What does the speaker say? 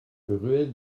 ruelle